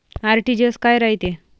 RTGS काय रायते?